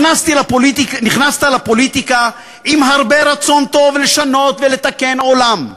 נכנסת לפוליטיקה עם הרבה רצון טוב לשנות ולתקן עולם.